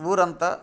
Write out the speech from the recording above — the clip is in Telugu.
ఊరంతా